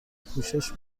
پوشش